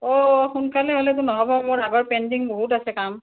অঁ সোনকালে হ'লেতো নহ'ব মোৰ আগৰ পেণ্ডিং বহুত আছে কাম